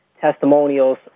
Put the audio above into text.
Testimonials